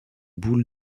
boule